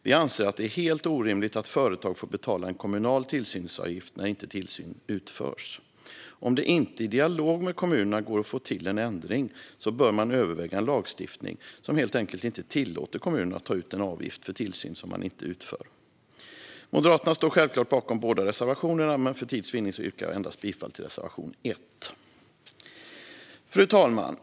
Vi anser att det är orimligt att företag får betala en kommunal tillsynsavgift när tillsyn inte utförs. Om det inte i dialog med kommunerna går att få till en ändring bör man överväga en lagstiftning som inte tillåter kommunerna att ta ut en avgift för tillsyn som inte utförs. Jag står självklart bakom båda reservationerna, men för tids vinnande yrkar jag bifall endast till reservation 1. Fru talman!